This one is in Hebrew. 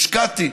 השקעתי,